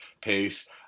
pace